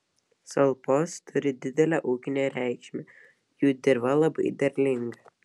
salpos turi didelę ūkinę reikšmę jų dirva labai derlinga